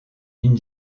une